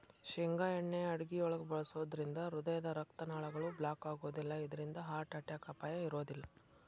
ಶೇಂಗಾ ಎಣ್ಣೆ ಅಡುಗಿಯೊಳಗ ಬಳಸೋದ್ರಿಂದ ಹೃದಯದ ರಕ್ತನಾಳಗಳು ಬ್ಲಾಕ್ ಆಗೋದಿಲ್ಲ ಇದ್ರಿಂದ ಹಾರ್ಟ್ ಅಟ್ಯಾಕ್ ಅಪಾಯ ಇರೋದಿಲ್ಲ